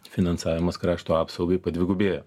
finansavimas krašto apsaugai padvigubėjo